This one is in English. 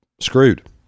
screwed